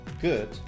good